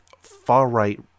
far-right